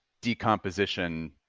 decomposition